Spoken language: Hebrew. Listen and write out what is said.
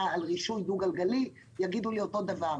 על רישוי דו-גלגלי יגידו לי אותו דבר.